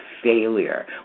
failure